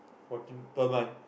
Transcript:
fourteen per month